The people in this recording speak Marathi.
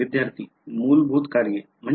विद्यार्थीः मूलभूत कार्ये